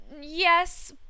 Yes